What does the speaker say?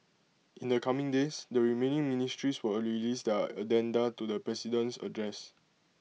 in the coming days the remaining ministries will release their addenda to the president's address